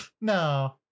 No